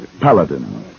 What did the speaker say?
Paladin